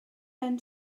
ben